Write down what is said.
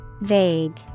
vague